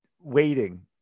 waiting